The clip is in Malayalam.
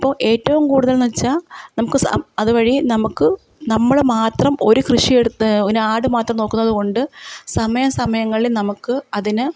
അപ്പോൾ ഏറ്റവും കൂടുതൽ വെച്ചാൽ നമുക്ക് സ അതുവഴി നമുക്ക് നമ്മുടെ മാത്രം ഒരു കൃഷിയെടുത്ത് ഒരാടു മാത്രം നോക്കുന്നതു കൊണ്ട് സമയാ സമയങ്ങളിൽ നമുക്ക് അതിന്